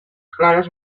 clares